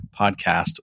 podcast